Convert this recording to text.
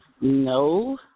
No